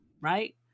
right